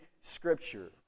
Scripture